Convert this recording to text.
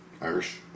Irish